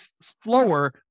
slower